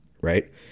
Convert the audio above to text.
right